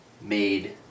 made